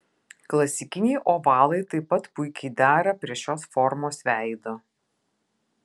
klasikiniai ovalai taip pat puikiai dera prie šios formos veido